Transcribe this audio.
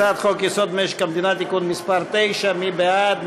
הצעת חוק-יסוד: משק המדינה (תיקון מס' 9) מי בעד?